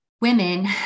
women